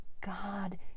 God